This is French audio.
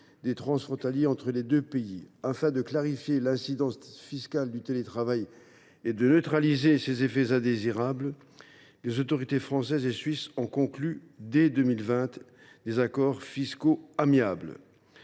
des transfrontaliers entre les deux pays. Afin de clarifier l’incidence fiscale du télétravail et d’en neutraliser les effets indésirables, les autorités françaises et suisses ont conclu dès 2020 des accords fiscaux amiables.